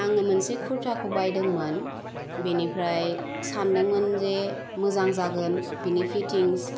आङो मोनसे कुर्टाखौ बायदोंमोन बिनिफ्राय सानदोंमोन जे मोजां जागोन बिनि फिटिंस